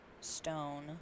Stone